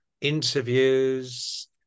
interviews